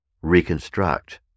reconstruct